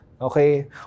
okay